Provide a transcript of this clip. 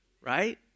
right